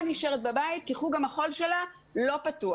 נשארת בבית כי חוג המחול שלה לא פתוח.